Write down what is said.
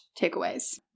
takeaways